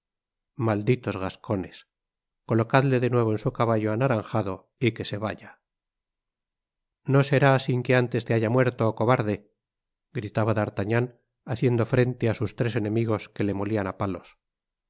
malditos gascones colocadle de nuevo en su caballo anaranjado y que se vaya no será sin que antes te haya muerto cobarde gritaba d'artagnan haciendo frente á sus tres enemigos que le molían á palos